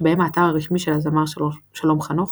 שבהם האתר הרשמי של הזמר שלום חנוך,